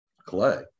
Clay